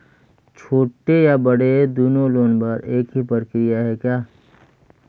छोटे या बड़े दुनो लोन बर एक ही प्रक्रिया है का?